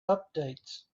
updates